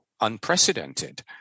unprecedented